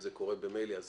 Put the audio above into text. אם זה קורה ממילא,